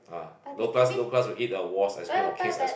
ah low class low class will eat the Walls ice cream or King's ice